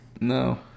No